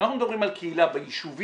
כשאנחנו מדברים על קהילה ביישובים,